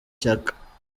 shyaka